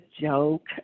joke